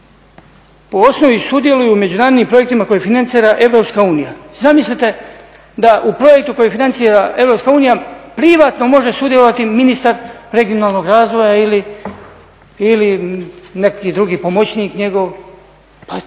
po osnovi sudjeluju u međunarodnim projektima koje financira Europska unija. Zamislite da u projektu koji financira Europska unija privatno može sudjelovati ministar regionalnog razvoja ili neki drugi pomoćnik njegov.